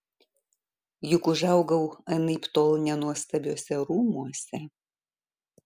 juk užaugau anaiptol ne nuostabiuose rūmuose